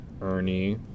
Ernie